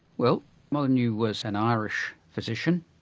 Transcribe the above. well molyneux was an irish physician,